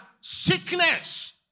sickness